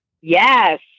Yes